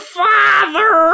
father